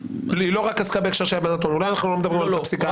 אולי אנחנו לא מדברים על אותה פסיקה.